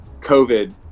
COVID